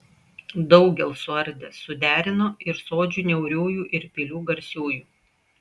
daugel suardė suderino ir sodžių niauriųjų ir pilių garsiųjų